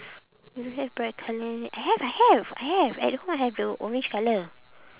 you don't have bright colour I have I have I have at home I have the orange colour